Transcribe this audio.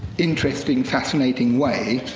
interesting, fascinating way.